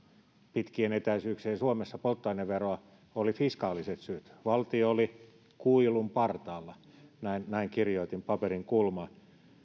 pitkien etäisyyksien suomessa polttoaineveroa olivat fiskaalisia valtio oli kuilun partaalla näin kirjoitin paperin kulmaan